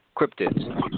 cryptids